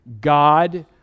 God